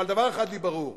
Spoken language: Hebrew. אבל דבר אחד ברור לי: